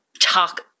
talk